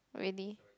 really